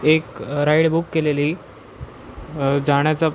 एक ride book केलेली जाण्याचा